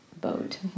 boat